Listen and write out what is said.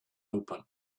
open